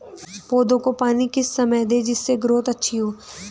पौधे को पानी किस समय दें जिससे ग्रोथ अच्छी हो?